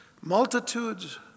multitudes